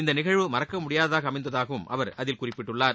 இந்த நிகழ்வு மறக்க முடியாததாக அமைந்ததாகவும் அவர் குறிப்பிட்டுள்ளார்